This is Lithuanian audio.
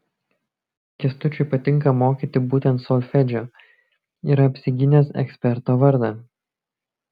kęstučiui patinka mokyti būtent solfedžio yra apsigynęs eksperto vardą